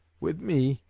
with me,